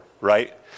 right